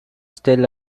still